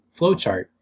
flowchart